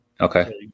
Okay